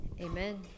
Amen